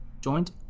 joined